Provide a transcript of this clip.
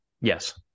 Yes